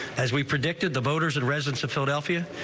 as we predicted the voters and residents of philadelphia.